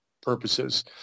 purposes